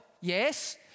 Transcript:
yes